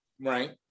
Right